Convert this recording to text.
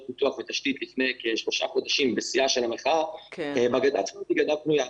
פיתוח ותשתית לפני כשלושה חודשים בשיאה של המחאה הגדה פנויה.